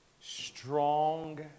strong